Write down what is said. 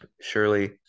surely